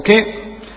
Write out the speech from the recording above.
Okay